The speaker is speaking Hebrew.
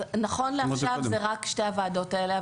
נכון לעכשיו אלה רק שתי הוועדות האלה,